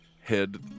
head